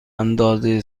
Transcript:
اندازه